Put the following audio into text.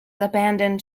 abandoned